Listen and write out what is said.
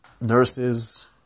nurses